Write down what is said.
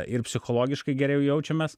ir psichologiškai geriau jaučiamės